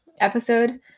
episode